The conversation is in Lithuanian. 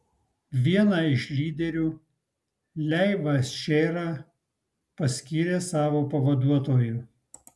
vieną iš lyderių leivą šerą paskyrė savo pavaduotoju